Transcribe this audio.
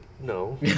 No